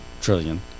trillion